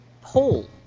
poll